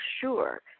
sure –